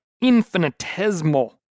infinitesimal